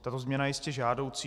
Tato změna je jistě žádoucí.